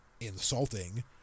insulting